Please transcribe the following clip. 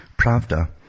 Pravda